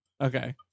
Okay